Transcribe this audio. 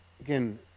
again